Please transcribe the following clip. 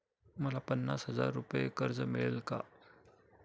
मला पन्नास हजार रुपये कर्ज मिळेल का?